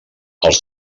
els